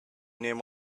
name